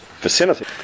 vicinity